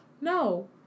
No